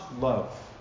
love